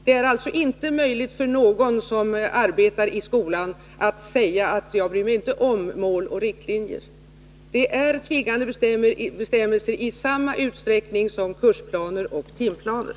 Det är alltså inte möjligt för någon som arbetar i skolan att säga att han inte bryr sig om mål och riktlinjer. Det är tvingande bestämmelser i samma utsträckning som kursplaner och timplaner.